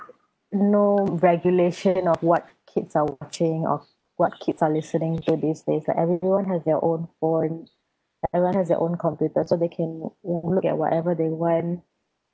no regulation of what kids are watching of what kids are listening to these days like everyone has their own phones everyone has their own computer so they can look at whatever they want